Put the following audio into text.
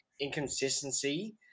inconsistency